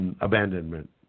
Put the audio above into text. abandonment